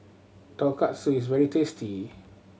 Tonkatsu is very tasty